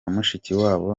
mushikiwabo